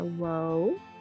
Hello